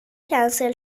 کنسل